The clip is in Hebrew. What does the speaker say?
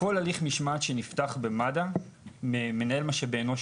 בכל הליך משמעתי שנפתח במד"א מעורב מנהל משאבי אנוש